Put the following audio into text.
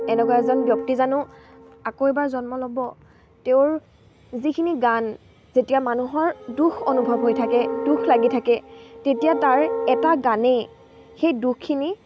এনেকুৱা এজন ব্যক্তি জানো আকৌ এবাৰ জন্ম ল'ব তেওঁৰ যিখিনি গান যেতিয়া মানুহৰ দুখ অনুভৱ হৈ থাকে দুখ লাগি থাকে তেতিয়া তাৰ এটা গানেই সেই দুখখিনি